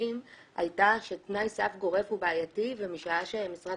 חודשים הייתה שתנאי סף גורף הוא בעייתי ומשעה שמשרד